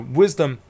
wisdom